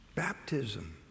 Baptism